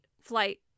flight